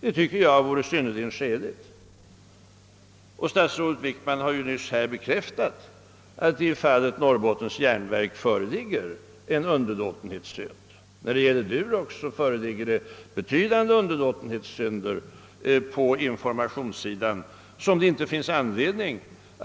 Jag tycker det vore synnerligen skäligt att statsrådet Lange lämnade en redovisning härvidlag. Statsrådet Wickman har ju bekräftat att det i fallet Norrbottens jernverk föreligger en underlåtenhetssynd. När det gäller Durox föreligger betydande underlåtenhets synder på informationssidan, som det inte finns anledning